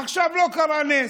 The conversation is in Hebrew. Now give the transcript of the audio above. עכשיו לא קרה נס,